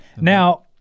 Now